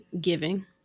giving